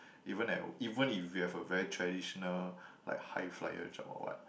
even at even if you have a very traditional like high flyer job or what